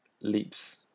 leaps